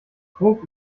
grob